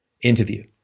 Interview